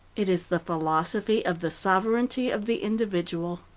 it is the philosophy of the sovereignty of the individual.